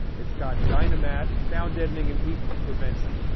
it's got dynamat, sound deadening and heat prevention.